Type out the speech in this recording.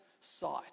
sight